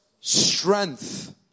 strength